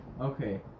Okay